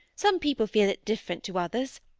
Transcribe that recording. some people feel it different to others.